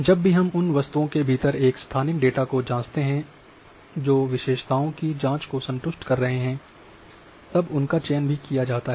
जब भी हम उन वस्तुओं के भीतर एक स्थानिक डेटा को जाँचते हैं जो विशेषताओं की जाँच को संतुष्ट कर रहे हैं तब उनका चयन भी किया जाता है